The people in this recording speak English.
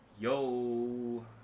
yo